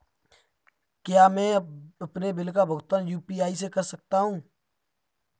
क्या मैं अपने बिल का भुगतान यू.पी.आई से कर सकता हूँ?